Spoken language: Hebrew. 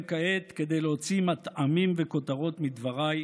כעת כדי להוציא מטעמים וכותרות מדבריי,